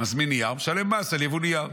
מזמין נייר, משלם מס על יבוא נייר,